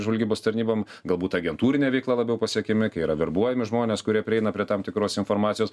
žvalgybos tarnybom galbūt agentūrine veikla labiau pasiekiami kai yra verbuojami žmonės kurie prieina prie tam tikros informacijos